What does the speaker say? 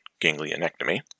ganglionectomy